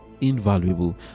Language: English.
invaluable